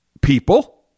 people